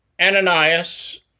Ananias